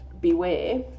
beware